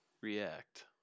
react